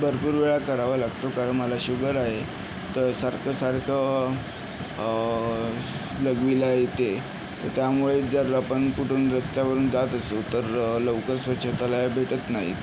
भरपूर वेळा करावा लागतो कारण मला शुगर आहे तर सारखं सारखं लघवीला येते त्यामुळे जर आपण कुठून रस्त्यावरून जात असू तर लवकर स्वच्छतालयं भेटत नाहीत